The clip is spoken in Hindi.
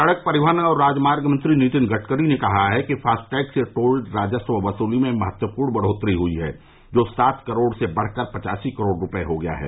सड़क परिवहन और राजमार्ग मंत्री नितिन गडकरी ने कहा है कि फास्टैग से टोल राजस्व वसूली में महत्वपूर्ण बढ़ोत्तरी हुई है जो सात करोड़ से बढ़कर पचासी करोड़ रूपये हो गया है